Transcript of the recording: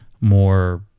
more